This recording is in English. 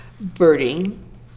Birding